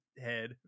head